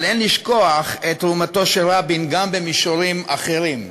אבל אין לשכוח את תרומתו של רבין גם במישורים אחרים,